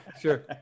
Sure